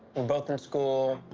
we're both in school.